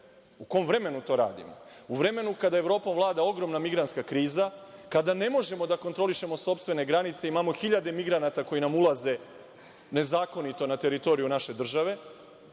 u kom vremenu to radimo? U vremenu kada Evropom vlada ogromna migrantska kriza, kada ne možemo da kontrolišemo sopstvene granice, imamo hiljade migranata koji nam ulaze nezakonito na teritoriju naše države